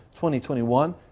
2021